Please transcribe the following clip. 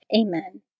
Amen